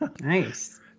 Nice